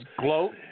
Gloat